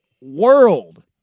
world